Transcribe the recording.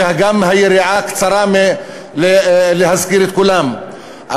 וגם היריעה קצרה מלהזכיר את כולם,